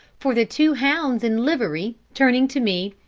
for the two hounds in livery, turning to me,